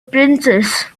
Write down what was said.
princess